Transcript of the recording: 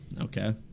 Okay